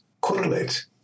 correlate